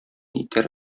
итәр